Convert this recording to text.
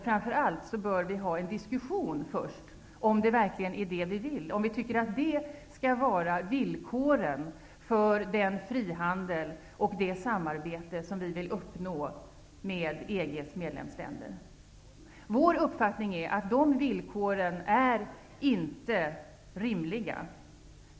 Framför allt bör vi först ha en diskussion om det är verkligen det vi vill, om vi tycker att det är det som skall vara villkoret för den frihandel och det samarbete som vi vill uppnå med Vänsterpartiets uppfattning är att de villkoren inte är rimliga.